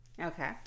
Okay